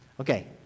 Okay